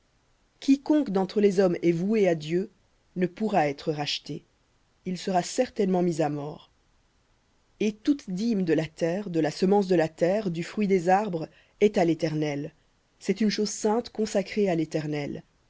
quiconque d'entre les hommes est voué ne pourra être racheté il sera certainement mis à mort et toute dîme de la terre de la semence de la terre du fruit des arbres est à l'éternel c'est une chose sainte à l'éternel